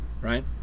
right